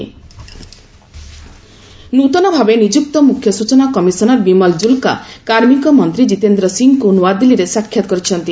CIC Jitendra Singh ନୂତନ ଭାବେ ନିଯୁକ୍ତ ମୁଖ୍ୟ ସୂଚନା କମିଶନର ବିମଲ ଜୁଲକା କାର୍ମିକ ମନ୍ତ୍ରୀ ଜିତେନ୍ଦ୍ର ସିଂହଙ୍କୁ ନୂଆଦିଲ୍ଲୀରେ ସାକ୍ଷାତ କରିଛନ୍ତି